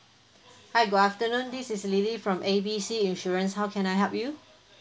hi good afternoon this is lily from A B C insurance how can I help you